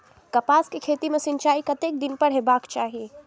कपास के खेती में सिंचाई कतेक दिन पर हेबाक चाही?